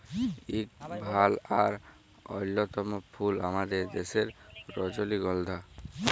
ইক ভাল আর অল্যতম ফুল আমাদের দ্যাশের রজলিগল্ধা